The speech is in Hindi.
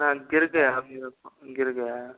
ना गिर गया है गिर गया है